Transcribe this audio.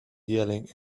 yelling